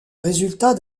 résultat